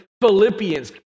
Philippians